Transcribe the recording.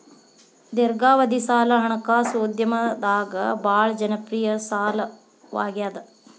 ದೇರ್ಘಾವಧಿ ಸಾಲ ಹಣಕಾಸು ಉದ್ಯಮದಾಗ ಭಾಳ್ ಜನಪ್ರಿಯ ಸಾಲವಾಗ್ಯಾದ